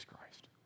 Christ